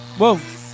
whoa